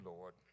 Lord